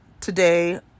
today